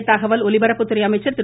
மத்திய தகவல் ஒலிபரப்புத்துறை அமைச்சர் திரு